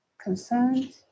Concerns